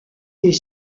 est